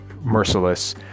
merciless